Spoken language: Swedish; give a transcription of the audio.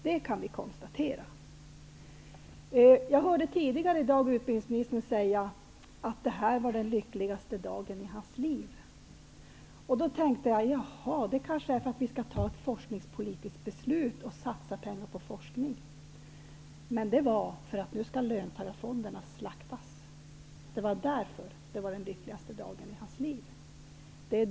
Det kan vi konstatera. Jag hörde tidigare i dag utbildningsministern säga att detta var den lyckligaste dagen i hans liv. Då tänkte jag att det kanske är för att vi skall fatta ett forskningspolitiskt beslut och satsa pengar på forskningen. Men det var för att löntagarfonderna skall slaktas. Det var därför det var den lyckligaste dagen i hans liv.